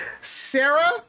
Sarah